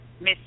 Miss